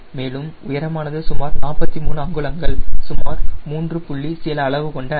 மேலும் உயரமானது சுமார் 43 அங்குலங்கள் சுமார் மூன்று புள்ளி சில அளவு கொண்ட அடி